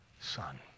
Son